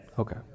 Okay